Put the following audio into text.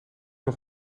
nog